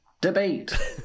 Debate